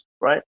right